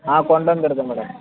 ஆ கொண்டு வந்துடுதேன் மேடம்